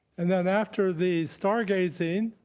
and then after the stargazing,